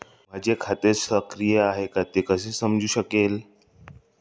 माझे खाते सक्रिय आहे का ते कसे समजू शकेल?